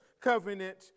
covenant